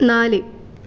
നാല്